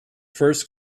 first